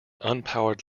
unpowered